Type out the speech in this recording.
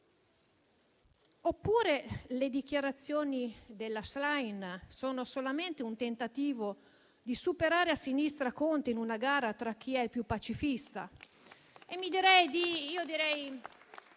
è che le dichiarazioni della Schlein siano solamente un tentativo di superare a sinistra Conte in una gara tra chi è il più pacifista.